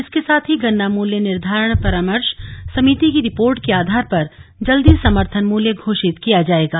इसके साथ ही गन्ना मूल्य निर्धारण परामर्श समिति की रिपोर्ट के आधार पर जल्दी समर्थन मूल्य घोषित किया जाएगा